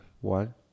one